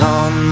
on